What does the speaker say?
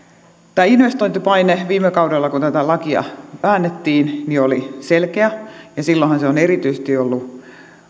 tämä investointipaine viime kaudella kun tätä lakia väännettiin oli selkeä ja silloinhan on erityisesti ollut